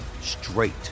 straight